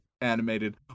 animated